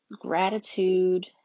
gratitude